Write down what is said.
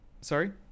sorry